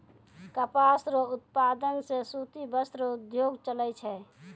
कपास रो उप्तादन से सूती वस्त्र रो उद्योग चलै छै